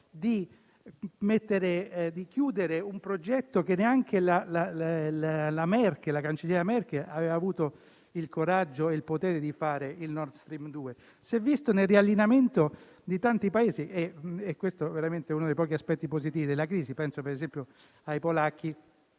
di chiudere un progetto, che neanche la cancelliera Merkel aveva avuto il coraggio e il potere di fare, il Nord Stream 2. Si è visto ieri nell'allineamento di tanti Paesi, e questo è veramente uno dei pochi aspetti positivi della crisi. Penso - per esempio - ai polacchi,